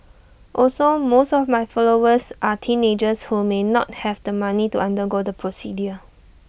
also most of my followers are teenagers who may not have the money to undergo the procedure